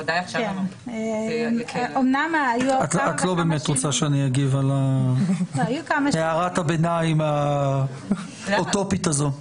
את לא באמת רוצה שאני אגיב על הערת הביניים האוטופית הזאת.